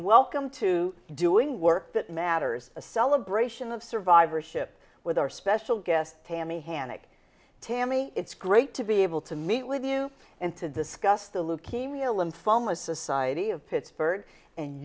welcome to doing work that matters a celebration of survivorship with our special guest tammy haneke tammy it's great to be able to meet with you and to discuss the leukemia lymphoma society of pittsburgh and